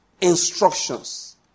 instructions